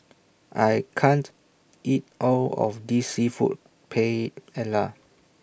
I can't eat All of This Seafood Paella